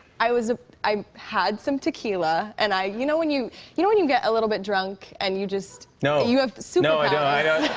i was ah i had some tequila. and i you know when you you know when you get a little bit drunk and you just. no. you have superpowers? so no, i don't.